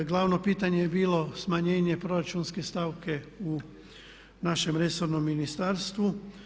Glavno pitanje je bilo smanjenje proračunske stavke u našem resornom ministarstvu.